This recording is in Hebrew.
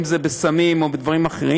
אם זה בסמים או בדברים אחרים,